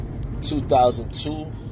2002